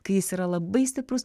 kai jis yra labai stiprus